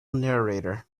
narrator